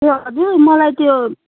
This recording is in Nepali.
ए हजुर मलाई त्यो